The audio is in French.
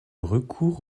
recours